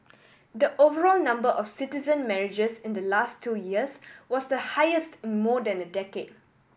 the overall number of citizen marriages in the last two years was the highest in more than a decade